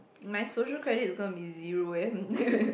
my social credit is going to be zero eh